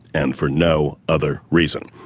and for no other reason.